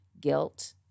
guilt